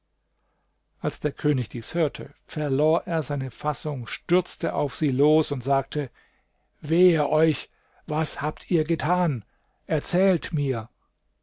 als der könig dies hörte verlor er seine fassung stürzte auf sie los und sagte wehe euch was habt ihr getan erzählt mir